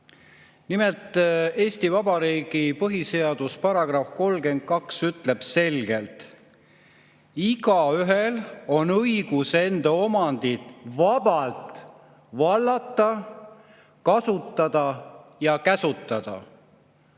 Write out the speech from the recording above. Nimelt, Eesti Vabariigi põhiseaduse § 32 ütleb selgelt: "Igaühel on õigus enda omandit vabalt vallata, kasutada ja käsutada."